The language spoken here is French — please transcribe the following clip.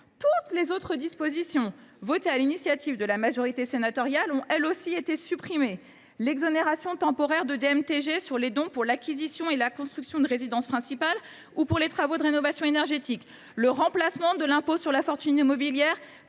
Toutes les autres dispositions votées sur l’initiative de la majorité sénatoriale ont, elles aussi, été supprimées : l’exonération temporaire de droits de mutation à titre gratuit (DMTG) sur les dons pour l’acquisition et la construction d’une résidence principale, ou pour des travaux de rénovation énergétique ; le remplacement de l’impôt sur la fortune immobilière